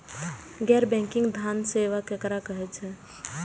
गैर बैंकिंग धान सेवा केकरा कहे छे?